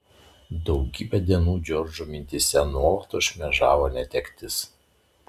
daugybę dienų džordžo mintyse nuolatos šmėžavo netektis